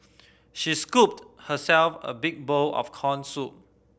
she scooped herself a big bowl of corn soup